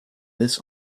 this